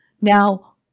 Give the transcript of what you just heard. Now